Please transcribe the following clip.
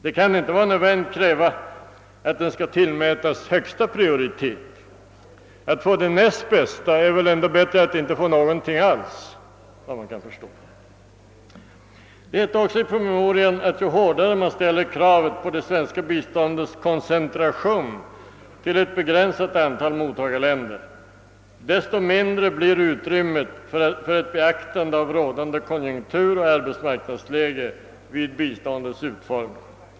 Det kan inte vara nödvändigt att kräva att åt dem skall tillmätas högsta prioritet. Det är väl ändå bättre att få det näst bästa än att inte få någonting alls. Det heter också i promemorian: »Ju hårdare man ställer kravet på det svenska biståndets koncentration till ett begränsat antal mottagarländer, desto mindre blir utrymmet för ett beaktande av rådande konjunkturoch arbetsmarknadsläge vid biståndets utformning.